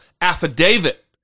affidavit